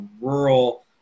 rural